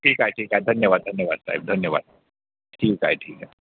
ठीक आहे ठीक आहे धन्यवाद धन्यवाद साहेब धन्यवाद ठीक आहे ठीक आहे